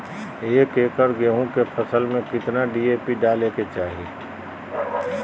एक एकड़ गेहूं के फसल में कितना डी.ए.पी डाले के चाहि?